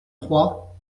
trois